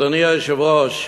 אדוני היושב-ראש,